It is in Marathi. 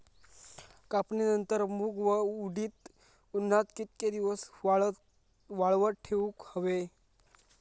कापणीनंतर मूग व उडीद उन्हात कितके दिवस वाळवत ठेवूक व्हये?